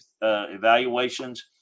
evaluations